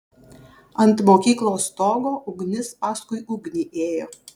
ant mokyklos stogo ugnis paskui ugnį ėjo